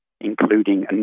including